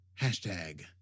Hashtag